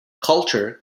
culture